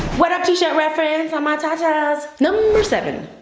what up, t-shirt reference on my ta-tas? number seven,